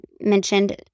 mentioned